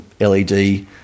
LED